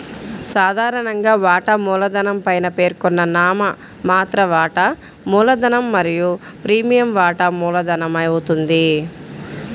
సాధారణంగా, వాటా మూలధనం పైన పేర్కొన్న నామమాత్ర వాటా మూలధనం మరియు ప్రీమియం వాటా మూలధనమవుతుంది